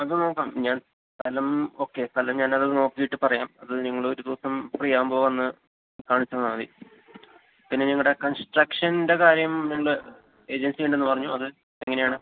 അപ്പം നോക്കാം ഞാൻ സ്ഥലം ഓക്കെ സ്ഥലം ഞാൻ അത് വന്ന് നോക്കീട്ട് പറയാം അത് ഞങ്ങളൊരു ദിവസം ഫ്രീ ആകുമ്പോൾ വന്ന് കാണിച്ച് തന്നാൽ മതി പിന്നെ ഞങ്ങളുടെ കൺസ്ട്രക്ഷൻ്റെ കാര്യംണ്ട് ഏജൻസി ഉണ്ടെന്ന് പറഞ്ഞു അത് എങ്ങനെയാണ്